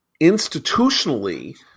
institutionally